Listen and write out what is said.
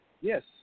yes